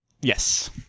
Yes